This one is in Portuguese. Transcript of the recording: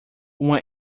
uma